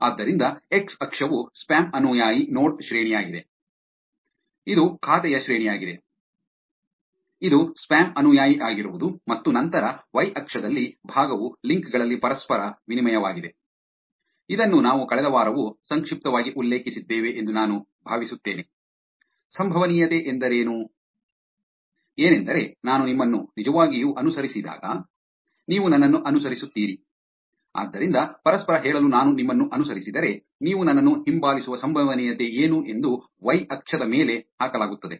ಆದ್ದರಿಂದ ಎಕ್ಸ್ ಅಕ್ಷವು ಸ್ಪ್ಯಾಮ್ ಅನುಯಾಯಿ ನೋಡ್ ಶ್ರೇಣಿಯಾಗಿದೆ ಇದು ಖಾತೆಯ ಶ್ರೇಣಿಯಾಗಿದೆ ಇದು ಸ್ಪ್ಯಾಮ್ ಅನುಯಾಯಿಯಾಗಿರುವುದು ಮತ್ತು ನಂತರ ವೈ ಅಕ್ಷದಲ್ಲಿ ಭಾಗವು ಲಿಂಕ್ ಗಳಲ್ಲಿ ಪರಸ್ಪರ ವಿನಿಮಯವಾಗಿದೆ ಇದನ್ನು ನಾವು ಕಳೆದ ವಾರವೂ ಸಂಕ್ಷಿಪ್ತವಾಗಿ ಉಲ್ಲೇಖಿಸಿದ್ದೇವೆ ಎಂದು ನಾನು ಭಾವಿಸುತ್ತೇನೆ ಸಂಭವನೀಯತೆ ಏನೆಂದರೆ ನಾನು ನಿಮ್ಮನ್ನು ನಿಜವಾಗಿಯೂ ಅನುಸರಿಸಿದಾಗ ನೀವು ನನ್ನನ್ನು ಅನುಸರಿಸುತ್ತೀರಿ ಆದ್ದರಿಂದ ಪರಸ್ಪರ ಹೇಳಲು ನಾನು ನಿಮ್ಮನ್ನು ಅನುಸರಿಸಿದರೆ ನೀವು ನನ್ನನ್ನು ಹಿಂಬಾಲಿಸುವ ಸಂಭವನೀಯತೆ ಏನು ಎಂದು ವೈ ಅಕ್ಷದ ಮೇಲೆ ಹಾಕಲಾಗುತ್ತದೆ